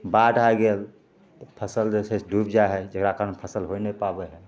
बाढ़ि आइ गेल तऽ फसिल जे छै से डुबि जाइ हइ जकरा कारण फसिल होइ नहि पाबै हइ